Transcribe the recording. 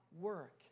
work